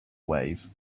wave